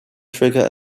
trigger